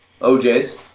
OJs